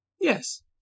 Yes